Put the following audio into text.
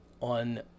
on